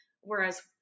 whereas